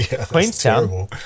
Queenstown